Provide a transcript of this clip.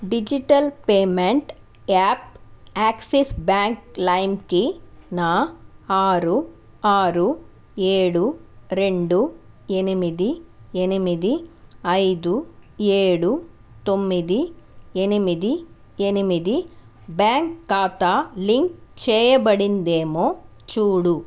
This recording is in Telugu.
digital payment app Axis bank లైమ్కి నా ఆరు ఆరు ఏడు రెండు ఎనిమిది ఎనిమిది ఐదు ఏడు తొమ్మిది ఎనిమిది ఎనిమిది బ్యాంక్ ఖాతా లింక్ చేయబడిందేమో చూడు